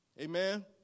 Amen